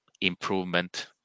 improvement